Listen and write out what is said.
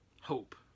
hope